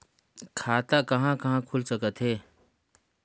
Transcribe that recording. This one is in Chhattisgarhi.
खाता कहा कहा खुल सकथे?